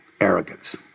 arrogance